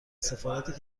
سفارت